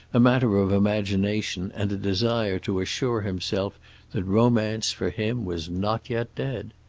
a matter of imagination and a desire to assure himself that romance, for him, was not yet dead.